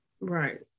Right